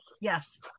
Yes